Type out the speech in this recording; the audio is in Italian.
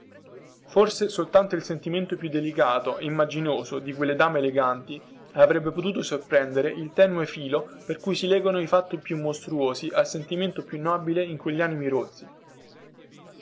forse soltanto il sentimento più delicato e immaginoso di quelle dame eleganti avrebbe potuto sorprendere il tenue filo per cui si legano i fatti più mostruosi al sentimento più nobile in quegli animi rozzi